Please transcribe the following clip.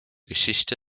geschichte